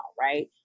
right